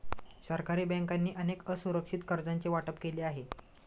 सरकारी बँकांनी अनेक असुरक्षित कर्जांचे वाटप केले आहे